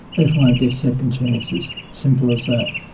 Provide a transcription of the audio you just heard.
everyone gets second chances, simple as that.